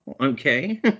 Okay